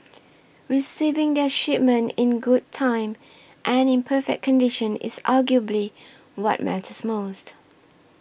receiving their shipment in good time and in perfect condition is arguably what matters most